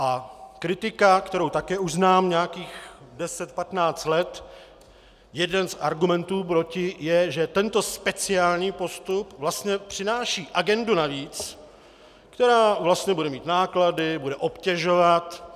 A kritika, kterou také už znám nějakých deset patnáct let, jeden z argumentů proti je, že tento speciální postup přináší agendu navíc, která bude mít náklady, bude obtěžovat.